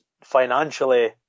financially